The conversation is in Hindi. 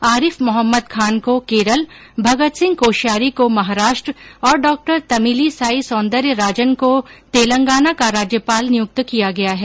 आरिफ मोहम्मद खान को केरल भगत सिंह कोश्यारी को महाराष्ट्र और डॉ तमिलीसाई सौन्दर्यराजन को तेलंगाना का राज्यपाल नियुक्त किया गया है